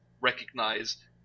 recognize